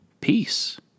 peace